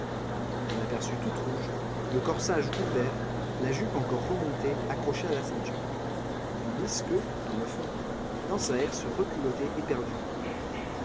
on l'aperçut toute rouge le corsage ouvert la jupe encore remontée accrochée à la ceinture tandis que dans le fond dansaert se reculottait éperdument